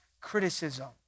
criticism